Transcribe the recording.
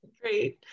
great